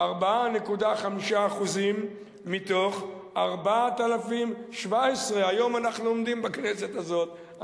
4.5% מתוך 4,017. היום אנחנו עומדים בכנסת הזאת,